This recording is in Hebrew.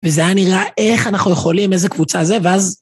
וזה היה נראה איך אנחנו יכולים, איזה קבוצה זה, ואז...